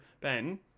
Ben